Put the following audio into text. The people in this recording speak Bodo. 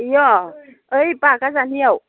इयो ओइ बागाजालियाव